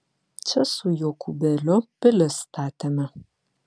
čia su jokūbėliu pilis statėme